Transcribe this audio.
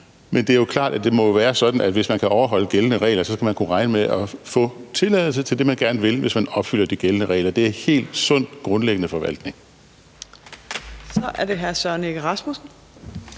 Men det er jo klart, at det må være sådan, at hvis man overholder gældende regler, skal man kunne regne med at få tilladelse til det, man gerne vil. Det er helt sund grundlæggende forvaltning. Kl. 19:04 Fjerde næstformand